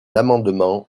l’amendement